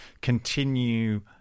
continue